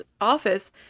office